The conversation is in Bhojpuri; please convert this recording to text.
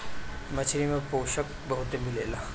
मछरी में पोषक बहुते मिलेला